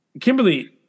Kimberly